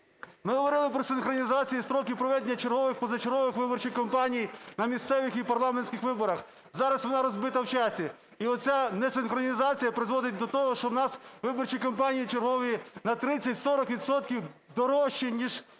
Ми говорили про синхронізацію і строки проведення чергових, позачергових виборчих кампаній на місцевих і парламентських виборах. Зараз вона розбита в часі, і ця несинхронізація призводить до того, що у нас виборчі кампанії чергові на 30-40 відсотків дорожчі, ніж